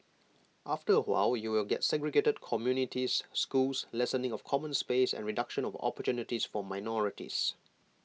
after A while you will get segregated communities schools lessening of common space and reduction of opportunities for minorities